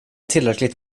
tillräckligt